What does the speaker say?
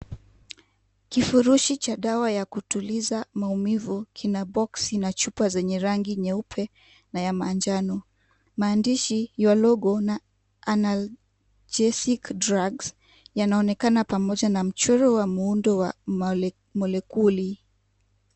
Kifurushi cha dawa ya kutuliza maumivu kina boxi na chupa zenye rangi nyeupe na ya manjano. Maandishi ANALGESIC DRUGS yanaonekana pamoja na mchoro wa muundo wa mwelekuli.